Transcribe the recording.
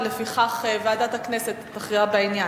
ועדת הכנסת תכריע בעניין.